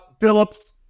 Phillips